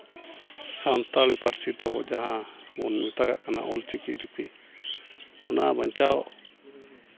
ᱥᱟᱱᱛᱟᱲᱤ ᱯᱟᱹᱨᱥᱤ ᱛᱟᱵᱚ ᱡᱟᱦᱟᱸ ᱵᱚᱱ ᱢᱮᱛᱟᱜᱟᱜ ᱠᱟᱱᱟ ᱚᱞ ᱪᱤᱠᱤ ᱞᱤᱯᱤ ᱚᱱᱟ ᱵᱟᱧᱪᱟᱣ